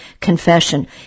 confession